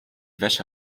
wäsche